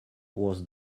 was